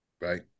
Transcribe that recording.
right